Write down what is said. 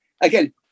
again